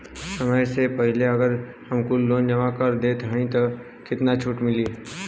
समय से पहिले अगर हम कुल लोन जमा कर देत हई तब कितना छूट मिली?